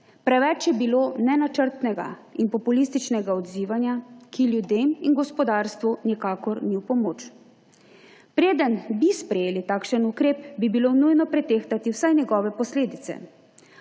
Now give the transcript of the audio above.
Preveč je bilo nenačrtnega in populističnega odzivanja, ki ljudem in gospodarstvu nikakor ni v pomoč. Preden bi sprejeli takšen ukrep, bi bilo nujno pretehtati vsaj njegove posledice,